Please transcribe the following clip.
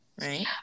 right